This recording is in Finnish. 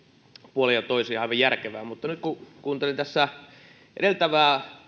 puolin ja toisin aivan järkevää mutta nyt kun kuuntelin edeltävää